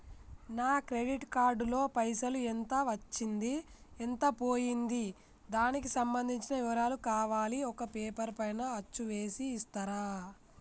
నా credit card లో పైసలు ఎంత వచ్చింది ఎంత పోయింది దానికి సంబంధించిన వివరాలు కావాలి ఒక పేపర్ పైన అచ్చు చేసి ఇస్తరా?